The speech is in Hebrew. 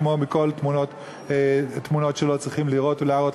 כמו מכל תמונות שלא צריכים לראות ולהראות,